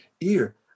ear